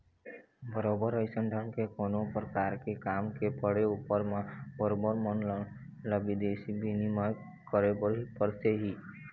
बरोबर अइसन ढंग के कोनो परकार के काम के पड़े ऊपर म बरोबर मनखे ल बिदेशी बिनिमय करे बर परथे ही